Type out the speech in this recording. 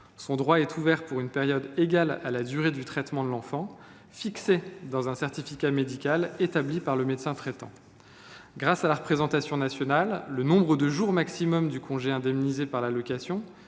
Son droit est ouvert pour une période égale à la durée du traitement de l’enfant, fixé par un certificat médical établi par le médecin traitant. Grâce à la représentation nationale, le nombre maximum de jours du congé indemnisés par l’allocation,